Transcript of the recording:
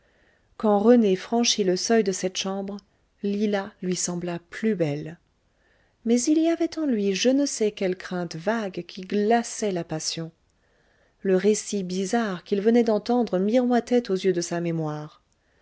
quand rené franchit le seuil de cette chambre lila lui sembla plus belle mais il y avait en lui je ne sais quelle crainte vague qui glaçait la passion le récit bizarre qu'il venait d'entendre miroitait aux yeux de sa mémoire